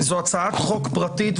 זו הצעת חוק פרטית,